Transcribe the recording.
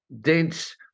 dense